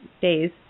days